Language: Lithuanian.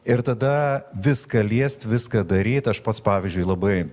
ir tada viską liest viską daryt aš pats pavyzdžiui labai